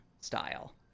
style